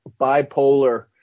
bipolar